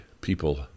people